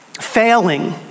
Failing